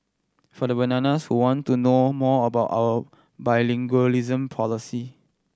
for the bananas who want to know more about our bilingualism policy